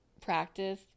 practice